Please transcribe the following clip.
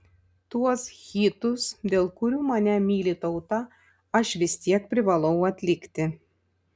tuos hitus dėl kurių mane myli tauta aš vis tiek privalau atlikti